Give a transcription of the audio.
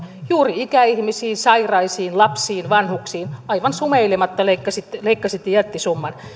juuri ikäihmisiin sairaisiin lapsiin vanhuksiin aivan sumeilematta leikkasitte jättisumman